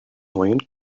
neuen